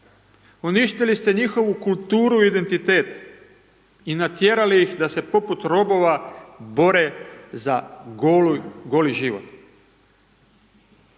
Uništili ste njihovu kulturu i identitet. I natjerali ih da se poput robova, bore za goli život.